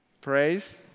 Praise